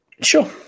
Sure